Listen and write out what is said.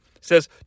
says